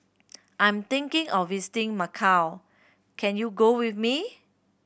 I'm thinking of visiting Macau can you go with me